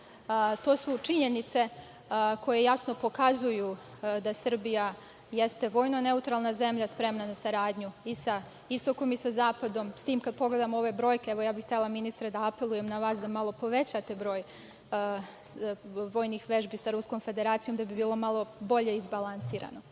su činjenice koje jasno pokazuju da Srbija jeste vojno neutralna zemlja, spremna na saradnju i sa istokom i sa zapadom. S tim kada pogledamo ove brojke, htela bih, ministre, da apelujem na vas da malo povećate broj vojnih vežbi sa Ruskom Federacijom da bi bilo malo bolje izbalansirano. Poverenje